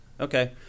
okay